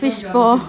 fishball